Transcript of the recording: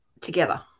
together